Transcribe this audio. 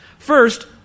First